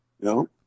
No